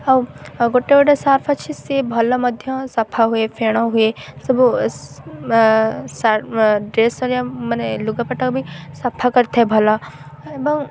ଆଉ ଗୋଟେ ଗୋଟେ ସର୍ଫ ଅଛି ସିଏ ଭଲ ମଧ୍ୟ ସଫା ହୁଏ ଫେଣ ହୁଏ ସବୁ ଡ୍ରେସରେ ମାନେ ଲୁଗାପଟା ବି ସଫା କରିଥାଏ ଭଲ ଏବଂ